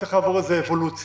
צריך לעבור איזה אבולוציה.